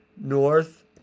north